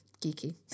geeky